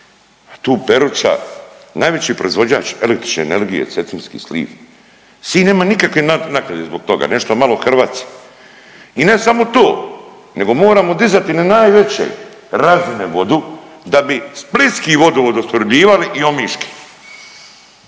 tu Peruća najveći proizvođač električne energije cetinski sliv, Sinj nema nikakve naknade zbog toga, nešto malo Hrvace. I ne samo to nego moramo dizati na najveće razine vodu da bi splitski vodovod opskrbljivali i omiški